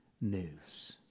news